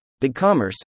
BigCommerce